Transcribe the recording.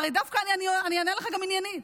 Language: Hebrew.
אני גם אענה לך עניינית.